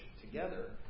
together